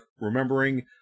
remembering